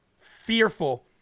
fearful